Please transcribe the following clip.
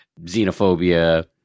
xenophobia